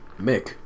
Mick